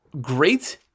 great